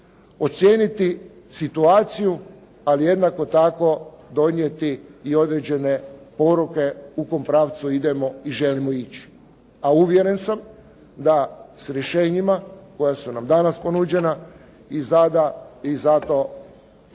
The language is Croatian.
ocijeniti situaciju, ali jednako tako donijeti i određene poruke u kom pravcu idemo i želimo ići. A uvjeren sam da s rješenjima koja su nam danas ponuđena i sada